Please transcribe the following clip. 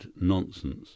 nonsense